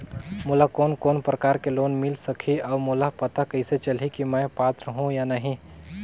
मोला कोन कोन प्रकार के लोन मिल सकही और मोला पता कइसे चलही की मैं पात्र हों या नहीं?